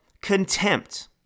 contempt